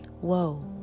whoa